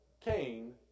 Cain